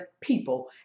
people